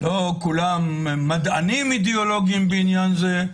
לא כולם מדענים אידיאולוגיים בעניין זה,